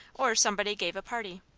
or somebody gave a party.